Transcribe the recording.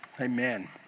amen